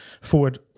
forward